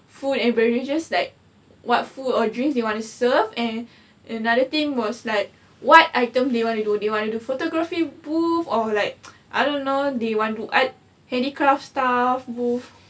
food and beverages like what food or drinks they want to serve and another team was like what items they want to do they want to do photography booth or like I don't know they want to add handicraft stuff booth